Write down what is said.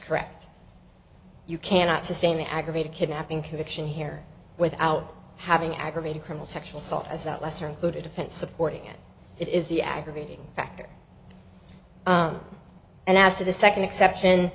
correct you cannot sustain the aggravated kidnapping conviction here without having aggravated criminal sexual assault as that lesser included offense supporting it is the aggravating factor and as to the second exception